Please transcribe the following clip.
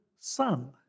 sun